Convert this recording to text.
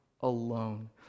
alone